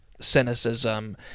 cynicism